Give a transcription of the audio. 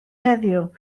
heddiw